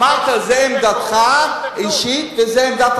אמרת: זו עמדתך האישית וזו עמדת